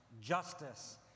justice